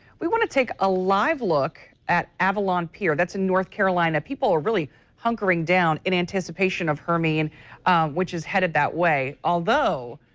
we want to take a live look at avalon pier in north carolina. people are really hungering down in anticipation of hermine which is headed that way. although,